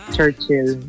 Churchill